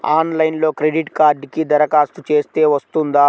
ఆన్లైన్లో క్రెడిట్ కార్డ్కి దరఖాస్తు చేస్తే వస్తుందా?